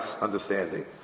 understanding